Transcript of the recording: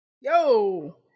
Yo